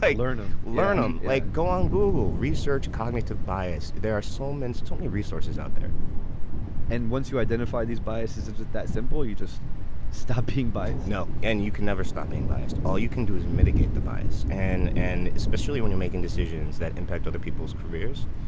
ah learn them, ah learn them um like go on google research, cognitive bias. there are so many so many resources out there and once you identify these biases, is it that simple? you just stopping by? no and you can never stop being biased. all you can do is mitigate the bias. and and especially when you're making decisions that impact other people's careers.